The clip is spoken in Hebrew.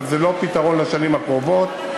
אבל זה לא פתרון לשנים הקרובות,